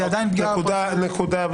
זה עדיין פגיעה בפרטיות.